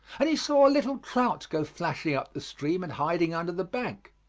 and he saw a little trout go flashing up the stream and hiding under the bank.